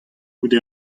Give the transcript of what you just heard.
goude